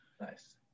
nice